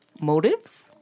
Motives